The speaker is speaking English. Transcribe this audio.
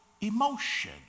emotion